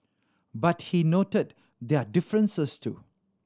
but he noted their differences too